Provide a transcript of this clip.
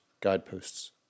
guideposts